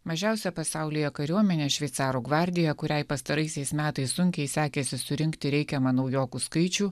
mažiausia pasaulyje kariuomenė šveicarų gvardija kuriai pastaraisiais metais sunkiai sekėsi surinkti reikiamą naujokų skaičių